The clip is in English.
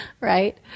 right